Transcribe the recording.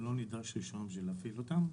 שלא נדרש רישיון בשביל להפעיל אותם,